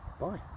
Bye